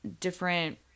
different